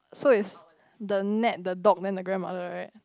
so is the nap the dog then the grandmother right